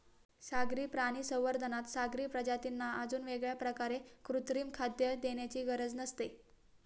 सागरी प्राणी संवर्धनात सागरी प्रजातींना अजून वेगळ्या प्रकारे कृत्रिम खाद्य देण्याची गरज नसते